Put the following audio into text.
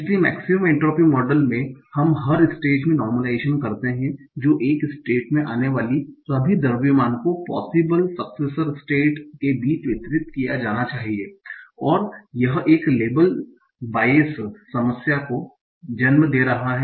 इसलिए maximum entropy model में हम हर स्टेट में नार्मलाइजेशन करते हैं जो एक स्टेट में आने वाले सभी द्रव्यमान को पोसिबल सक्सेसर स्टेट्स के बीच वितरित किया जाना चाहिए और यह एक लेबल बाइस समस्या को जन्म दे रहा है